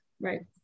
Right